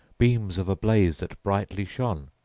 beams of a blaze that brightly shone.